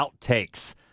outtakes